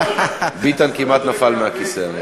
ביטן כמעט נפל מהכיסא.